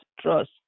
trust